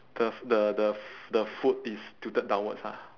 the f~ the the f~ the foot is tilted downwards ah